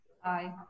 Hi